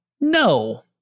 No